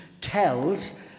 tells